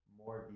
more